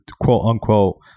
quote-unquote